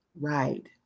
Right